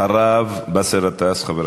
אחריו, באסל גטאס, חבר הכנסת.